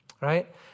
Right